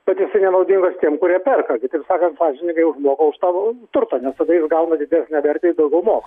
bet jisai nenaudingas tiem kurie perka tai taip sakant sąžiningai užmoka už tą turtą nes tada jis gauna didesnę vertę ir daugiau moka